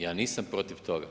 Ja nisam protiv toga.